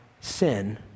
sin